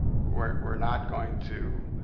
we're not going to